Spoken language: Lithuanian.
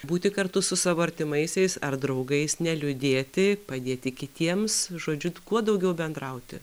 būti kartu su savo artimaisiais ar draugais neliūdėti padėti kitiems žodžiu kuo daugiau bendrauti